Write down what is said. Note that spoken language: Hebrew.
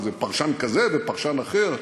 איזה פרשן כזה ופרשן אחר.